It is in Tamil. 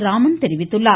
ராமன் தெரிவித்துள்ளார்